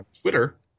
twitter